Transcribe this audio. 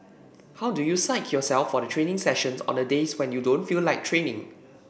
how do you psych yourself for the training sessions on the days when you don't feel like training